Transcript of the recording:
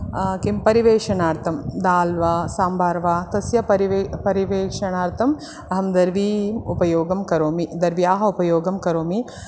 किं परिवेषणार्थं दाल् वा साम्बार् वा तस्य परिवे परिवेषणार्थं अहं दर्वीम् उपयोगं करोमि दर्व्याः उपयोगं करोमि